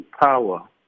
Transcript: power